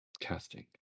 casting